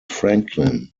franklin